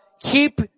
keep